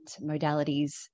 modalities